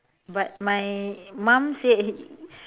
but my mum said